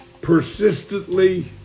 Persistently